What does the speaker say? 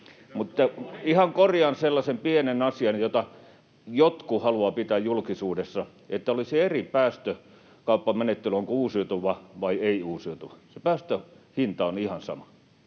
mutta korjaan sellaisen pienen asian, jota jotkut haluavat pitää julkisuudessa, että olisi eri päästökauppamenettely riippuen, onko uusiutuva vai ei-uusiutuva. Se päästöhinta on ihan sama,